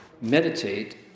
meditate